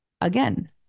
again